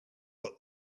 but